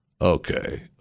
Okay